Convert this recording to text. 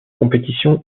compétition